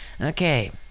Okay